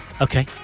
Okay